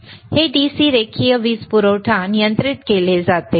हे DC रेखीय वीज पुरवठा नियंत्रित केले जाते